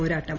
പോരാട്ടം